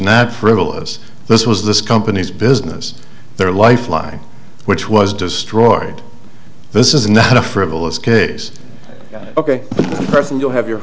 not frivolous this was this company's business their lifeline which was destroyed this is not a frivolous case ok person you have your